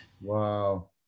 Wow